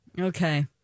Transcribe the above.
Okay